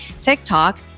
TikTok